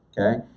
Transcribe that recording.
Okay